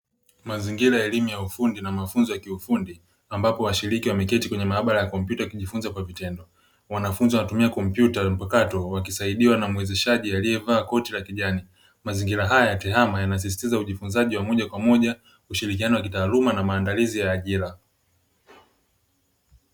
Mazingira ya elimu ya ufundi na mafunzo ya kiufundi, ambapo washiriki wameketi kwenye maabara ya kompyuta wakijifunza kwa vitendo. Wanafunzi wanatumia kompyuta mpakato, wakisaidiwa na mwezeshaji aliyevaa koti la kijani. Mazingira haya ya tehama yanasisitiza ujifunzaji wa moja kwa moja, ushirikiano wa kitaaluma na maandalizi ya ajira.